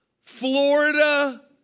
Florida